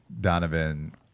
Donovan